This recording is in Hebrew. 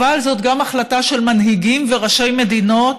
אבל זאת גם החלטה של מנהיגים וראשי מדינות